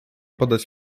podać